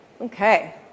Okay